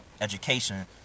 education